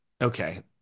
Okay